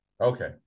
Okay